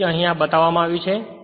તેથી જ આ અહીં બતાવવામાં આવ્યું છે